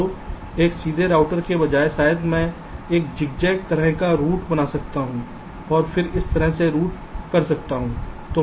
तो एक सीधे राउटर के बजाय शायद मैं एक ज़िग ज़ैग तरह का रूट बना सकता हूं और फिर इस तरह से रूट कर सकता हूं